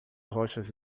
rochas